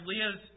Leah's